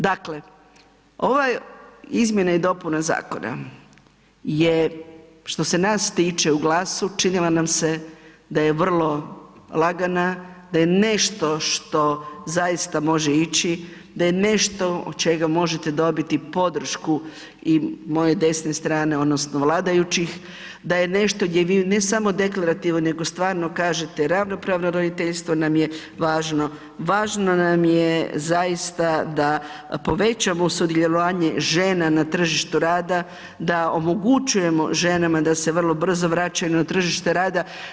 Dakle, ova izmjena i dopuna zakona je što se nas tiče u GLAS-u činila nam se da je vrlo lagana, da je nešto što zaista može ići, da je nešto od čega možete dobiti podršku i moje desne strane odnosno vladajućih, da je nešto gdje vi ne samo deklarativno nego stvarno kažete ravnopravno roditeljstvo nam je važno, važno nam je zaista da povećamo sudjelovanje žena na tržištu rada, da omogućujemo ženama da se vrlo brzo vraćaju na tržište rada.